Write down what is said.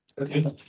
Okay